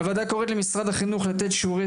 הוועדה קוראת למשרד החינוך לתת שיעורי